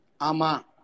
Ama